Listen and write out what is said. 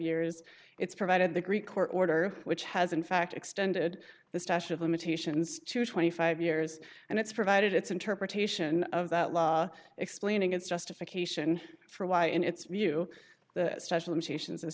years it's provided the greek court order which has in fact extended the statute of limitations to twenty five years and it's provided its interpretation of that law explaining its justification for why in its view the specializations